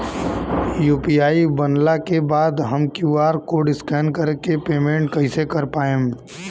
UPI बनला के बाद हम क्यू.आर कोड स्कैन कर के पेमेंट कइसे कर पाएम?